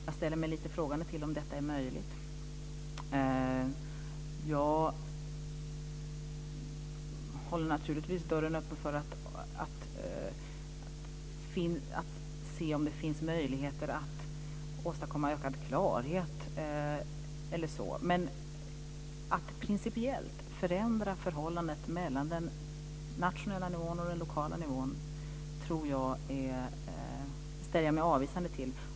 Jag ställer mig lite frågande till om detta är möjligt. Jag håller naturligtvis dörren öppen för att se om det finns möjligheter att åstadkomma en ökad klarhet eller så. Men att principiellt förändra förhållandet mellan den nationella nivån och den lokala nivån ställer jag mig avvisande till.